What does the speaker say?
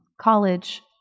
college